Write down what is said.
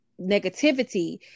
negativity